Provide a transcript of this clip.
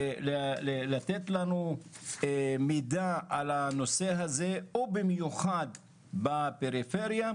בנצרת על מנת לתת לנו מידע על הנושא הזה ובמיוחד בקרב תושבי הפריפריה,